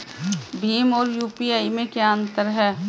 भीम और यू.पी.आई में क्या अंतर है?